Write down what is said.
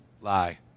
Lie